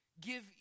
Give